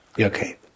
okay